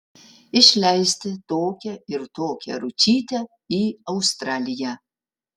išleisti tokią ir tokią ručytę į australiją